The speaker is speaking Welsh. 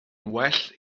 well